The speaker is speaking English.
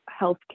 healthcare